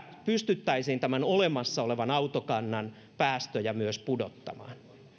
pystyttäisiin tämän olemassa olevan autokannan päästöjä myös pudottamaan